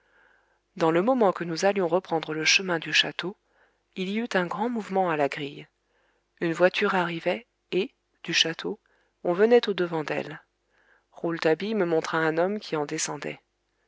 dans le moment que nous allions reprendre le chemin du château il y eut un grand mouvement à la grille une voiture arrivait et du château on venait au-devant d'elle rouletabille me montra un homme qui en descendait